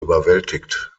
überwältigt